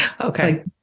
Okay